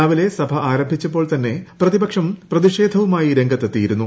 രാവിലെ സഭ ആരംഭിച്ചപ്പോൾ തന്നെ പ്രതിപക്ഷം പ്രതിഷേധ വുമായി രംഗത്തെത്തിയിരുന്നു